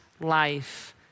life